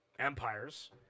empires